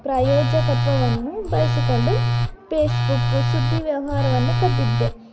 ಪ್ರಯೋಜಕತ್ವವನ್ನು ಬಳಸಿಕೊಂಡು ಪೇಸ್ಬುಕ್ಕು ಸುದ್ದಿ ವ್ಯವಹಾರವನ್ನು ಕದ್ದಿದೆ